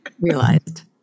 realized